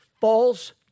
false